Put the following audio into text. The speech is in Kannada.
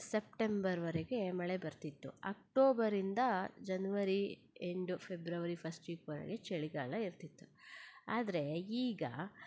ಸೆಪ್ಟೆಂಬರ್ವರೆಗೆ ಮಳೆ ಬರ್ತಿತ್ತು ಅಕ್ಟೋಬರಿಂದ ಜನ್ವರಿ ಎಂಡು ಫೆಬ್ರವರಿ ಫರ್ಸ್ಟ್ ವೀಕ್ವರೆಗೆ ಚಳಿಗಾಲ ಇರ್ತಿತ್ತು ಆದರೆ ಈಗ